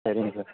சரிங்க சார்